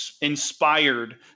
inspired